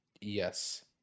Yes